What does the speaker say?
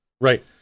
Right